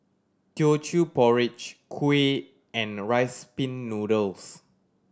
Teochew Porridge kuih and Rice Pin Noodles